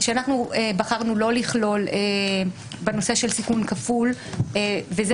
שאנחנו בחרנו לא לכלול בנשוא של סיכון כפול וזה